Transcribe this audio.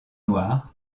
noires